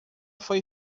foi